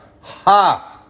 Ha